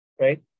Right